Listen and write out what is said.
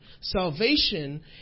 Salvation